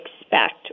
expect